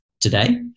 Today